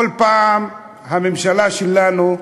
כל פעם הממשלה שלנו,